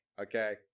okay